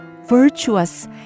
virtuous